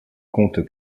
compte